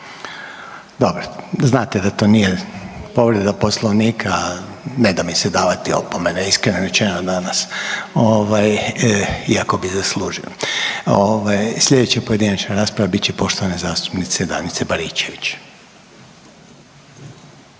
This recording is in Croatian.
Dobro, znate da to nije povreda Poslovnika, ne da mi se davati opomene iskreno rečeno danas, iako bi zaslužili. Sljedeća pojedinačna rasprava bit će poštovane zastupnice Danice Baričević.